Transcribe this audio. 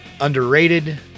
underrated